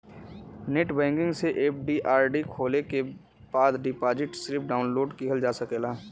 net banking से FD RD खोले के बाद डिपाजिट स्लिप डाउनलोड किहल जा सकला